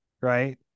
right